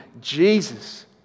Jesus